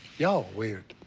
y'all are weird.